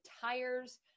tires